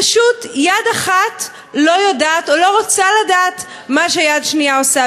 פשוט יד אחת לא יודעת או לא רוצה לדעת מה שהיד השנייה עושה.